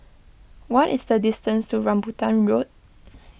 what is the distance to Rambutan Road